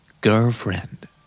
Girlfriend